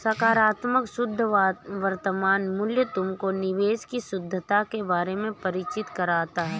सकारात्मक शुद्ध वर्तमान मूल्य तुमको निवेश की शुद्धता के बारे में परिचित कराता है